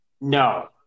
no